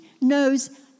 knows